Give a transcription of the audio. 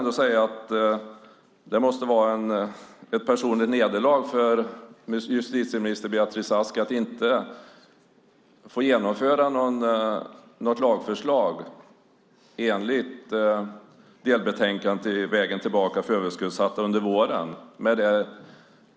Det måste vara ett personligt nederlag för justitieminister Beatrice Ask att inte få genomföra något lagförslag enligt delbetänkandet Vägen tillbaka för överskuldsatta under våren.